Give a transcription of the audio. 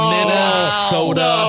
Minnesota